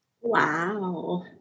Wow